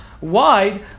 wide